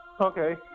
Okay